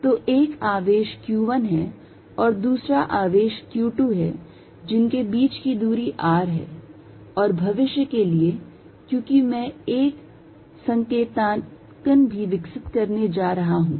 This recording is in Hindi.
तो एक आवेश q1 है और दूसरा आवेश q2 है जिनके बीच की दूरी r है और भविष्य के लिए क्योंकि मैं एक संकेतन भी विकसित करने जा रहा हूं